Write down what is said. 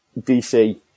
DC